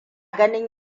ganin